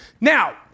Now